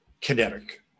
kinetic